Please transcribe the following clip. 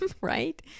right